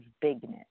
bigness